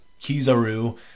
kizaru